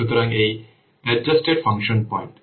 সুতরাং এই adjusted function point